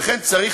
לכן צריך,